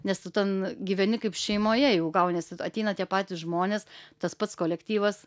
nes tu ten gyveni kaip šeimoje jau gauniesi ateina tie patys žmonės tas pats kolektyvas